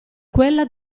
quella